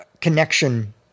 connection